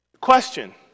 Question